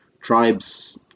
tribes